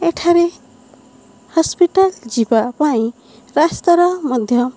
ଏଠାରେ ହସ୍ପିଟାଲ ଯିବା ପାଇଁ ରାସ୍ତାର ମଧ୍ୟ